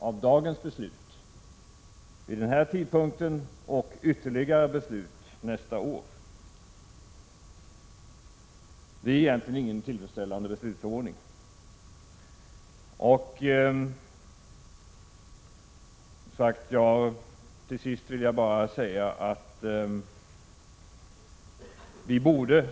1986/87:48 talar om ett beslut som kommer att fattas nästa år. Det är egentligen ingen 12 december 1986 tillfredsställande beslutsordning.